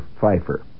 Pfeiffer